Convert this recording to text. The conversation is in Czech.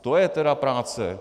To je tedy práce!